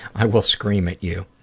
i will scream at you.